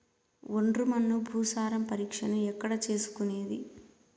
ఒండ్రు మన్ను భూసారం పరీక్షను ఎక్కడ చేసుకునేది?